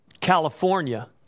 California